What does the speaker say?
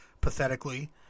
pathetically